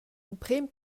emprem